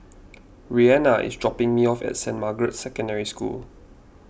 Reanna is dropping me off at Saint Margaret's Secondary School